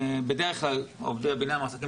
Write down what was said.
בדרך כלל עובדי בניין מועסקים